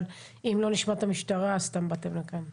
אם לא נשמע את המשטרה אז סתם באתם לכאן.